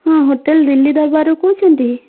ହଁ ହୋଟେଲ୍ ଦିଲ୍ଲୀ ଦରବାର୍ରୁ କହୁଛନ୍ତି